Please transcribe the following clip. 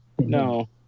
no